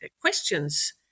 questions